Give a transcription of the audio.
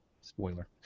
Spoiler